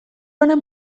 honen